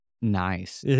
nice